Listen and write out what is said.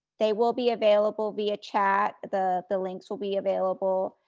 they will be available via chat, the the links will be available.